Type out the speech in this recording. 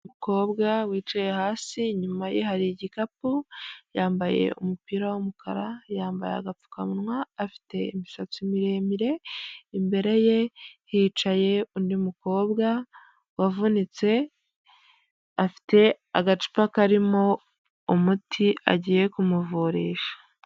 Umukobwa wicaye hasi inyuma ye hari igikapu yambaye umupira w'umukara yambaye agapfukamunwa afite imisatsi miremire imbere ye hicaye undi mukobwa wavunitse afite agacupa karimo umuti agiye kumuvurisha.